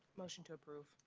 motion to approve